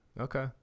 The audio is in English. Okay